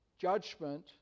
judgment